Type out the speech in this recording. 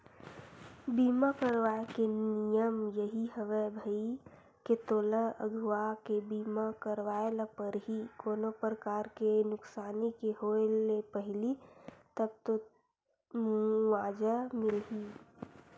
बीमा करवाय के नियम यही हवय भई के तोला अघुवाके बीमा करवाय ल परही कोनो परकार के नुकसानी के होय ले पहिली तब तो मुवाजा मिलही